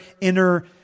inner